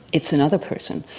it's another person.